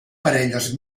parelles